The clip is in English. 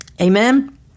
Amen